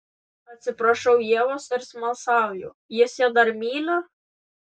atsiprašau ievos ir smalsauju jis ją dar myli